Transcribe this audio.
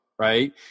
Right